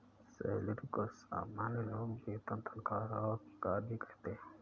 salary को सामान्य लोग वेतन तनख्वाह और पगार भी कहते है